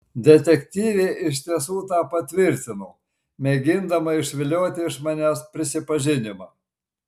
detektyvė iš tiesų tą patvirtino mėgindama išvilioti iš manęs prisipažinimą